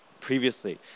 previously